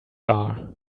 are